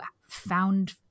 found